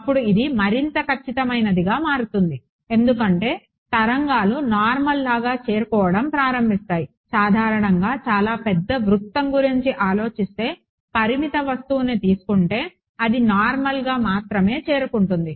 అప్పుడు ఇది మరింత ఖచ్చితమైనదిగా మారుతుంది ఎందుకంటే తరంగాలు నార్మల్ లాగా చేరుకోవడం ప్రారంభిస్తాయి సాధారణంగా చాలా పెద్ద వృత్తం గురించి ఆలోచిస్తే పరిమిత వస్తువును తీసుకుంటే అది నార్మల్గా మాత్రమే చేరుకుంటుంది